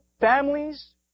families